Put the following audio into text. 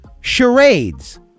charades